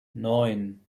neun